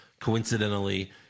coincidentally